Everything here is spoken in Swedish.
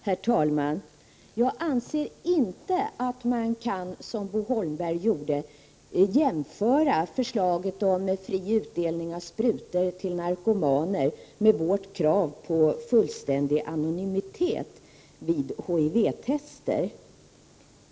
Herr talman! Jag anser inte att man kan, vilket Bo Holmberg gjorde, jämföra förslaget om fri utdelning av sprutor till narkomaner med vårt krav på fullständig anonymitet vid HIV-tester.